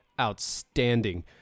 outstanding